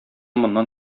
моннан